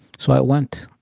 so i went.